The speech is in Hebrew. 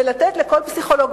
לתת לכל פסיכולוג,